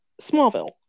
Smallville